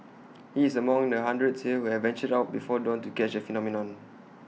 he is among the hundreds here who have ventured out before dawn to catch the phenomenon